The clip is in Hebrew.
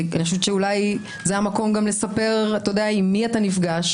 אולי זה המקום לספר עם מי אתה נפגש.